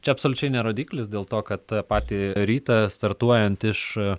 čia absoliučiai ne rodiklis dėl to kad patį rytą startuojant iš